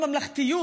בממלכתיות,